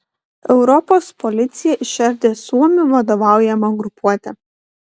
europos policija išardė suomių vadovaujamą grupuotę